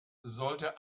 sollte